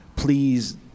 Please